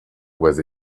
was